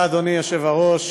זה יישוב בלתי